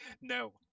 no